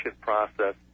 process